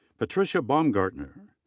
patricia baumgartner.